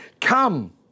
come